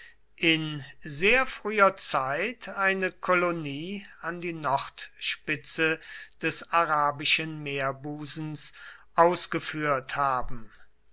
in sehr früher zeit eine kolonie an die nordspitze des arabischen meerbusens ausgeführt haben